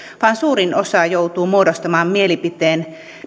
vaan suurin osa joutuu muodostamaan mielipiteen